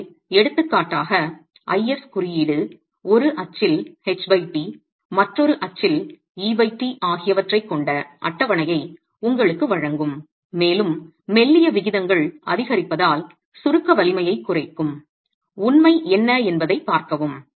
எனவே எடுத்துக்காட்டாக IS குறியீடு ஒரு அச்சில் ht மற்றொரு அச்சில் et ஆகியவற்றைக் கொண்ட அட்டவணையை உங்களுக்கு வழங்கும் மேலும் மெல்லிய விகிதங்கள் அதிகரிப்பதால் சுருக்க வலிமையைக் குறைக்கும் உண்மை என்ன என்பதைப் பார்க்கவும்